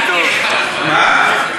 מה?